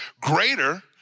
greater